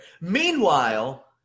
Meanwhile